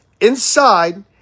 inside